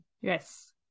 Yes